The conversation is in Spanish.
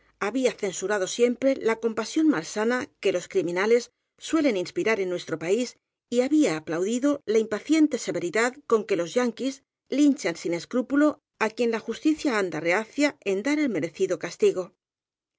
había censurado siempre la compasión mal sana que los criminales suelen inspirar en nuestro país y había aplaudido la impaciente severidad con que los yankees lynchan sin escrúpulo á quien la justicia anda rehacía en dar el merecido castigo